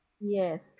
Yes